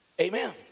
Amen